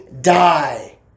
die